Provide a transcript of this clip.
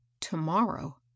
Tomorrow